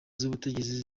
z’ubutegetsi